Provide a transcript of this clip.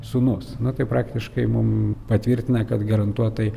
sūnus na tai praktiškai mum patvirtina kad garantuotai